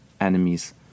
enemies